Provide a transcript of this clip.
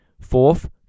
fourth